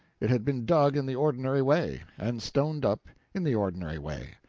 it had been dug in the ordinary way, and stoned up in the ordinary way.